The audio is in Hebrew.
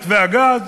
מתווה הגז,